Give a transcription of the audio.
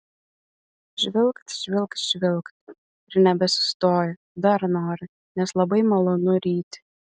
žvilgt žvilgt žvilgt ir nebesustoja dar nori nes labai malonu ryti